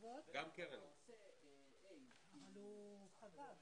זה גם מאוד מאוד חשוב,